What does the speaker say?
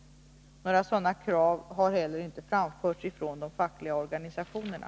Några sådana krav har inte heller framförts av de fackliga organisationerna.